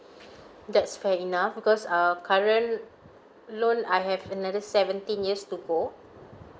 that's fair enough because err current loan I have another seventeen years to go